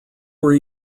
were